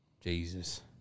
Jesus